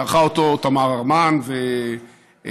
שערכו אותו תמר הרמן ואחרים,